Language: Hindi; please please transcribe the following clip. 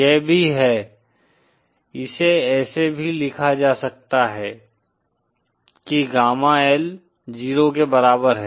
यह भी है इसे ऐसे भी लिखा जा सकता है कि गामाL 0 के बराबर है